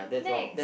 next